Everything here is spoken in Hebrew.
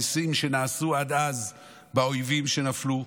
הניסים שנעשו עד אז באויבים שנפלו,